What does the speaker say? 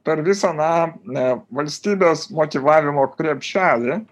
per visą na valstybės motyvavimo krepšelį